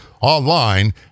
online